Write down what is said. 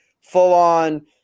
full-on